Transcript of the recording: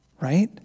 Right